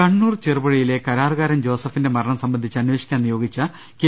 കണ്ണൂർ ചെറുപുഴയിലെ കരാറുകാരൻ ജോസഫിന്റെ മരണം സംബന്ധിച്ച് അന്വേഷിക്കാൻ നിയോഗിച്ച കെ